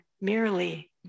merely